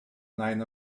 nine